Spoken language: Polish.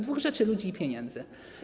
Dwóch rzeczy: ludzi i pieniędzy.